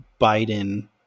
Biden